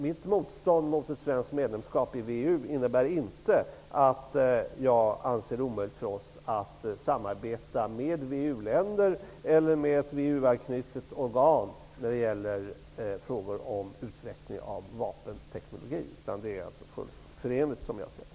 Mitt motstånd mot ett svenskt medlemskap i WEU innebär inte att jag anser det omöjligt för oss att samarbeta med WEU-länder eller med ett WEU-anknutet organ i frågor om utveckling av vapenteknologi. Det är som jag ser det fullt förenligt med vår politik.